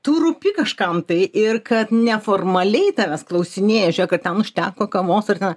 tu rūpi kažkam tai ir kad neformaliai tavęs klausinėja žiūrėk ar ten užteko kavos ar ten